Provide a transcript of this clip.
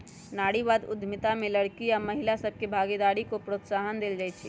नारीवाद उद्यमिता में लइरकि आऽ महिला सभके भागीदारी को प्रोत्साहन देल जाइ छइ